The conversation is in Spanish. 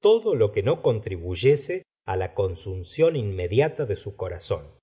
todo lo que no contribuyese fi la consunción inmediata de su corazón